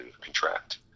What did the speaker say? contract